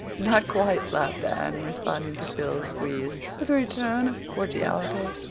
not quite, laughed anne, responding to phil's squeeze, with a return of cordiality.